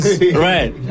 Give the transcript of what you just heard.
right